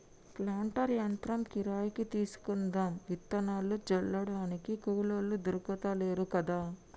planter యంత్రం కిరాయికి తీసుకుందాం విత్తనాలు జల్లడానికి కూలోళ్లు దొర్కుతలేరు కదా